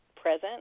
present